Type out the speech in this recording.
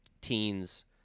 teens –